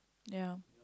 ya